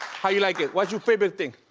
how you like it? what's your favorite thing?